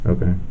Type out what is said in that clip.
Okay